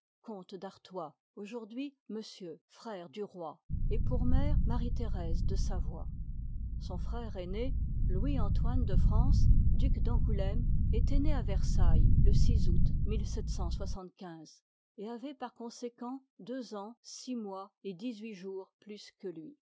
comte d'artois aujourd'hui monsieur frère du roi et pour mère marie-thérèse de savoie son frère aîné louis antoine de france duc d'angoulême étoit né à versailles le août et avoit par conséquent deux ans six mob et dix-huit jours plus que lui